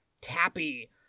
Tappy